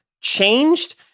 changed